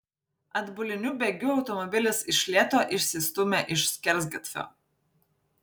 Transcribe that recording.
atbuliniu bėgiu automobilis iš lėto išsistūmė iš skersgatvio